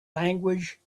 language